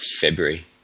February